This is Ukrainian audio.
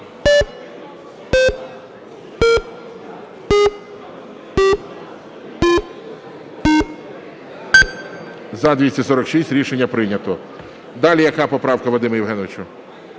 За-246 Рішення прийнято. Далі яка поправка, Вадиме Євгеновичу?